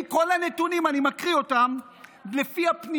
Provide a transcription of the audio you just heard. ולפי כל הנתונים,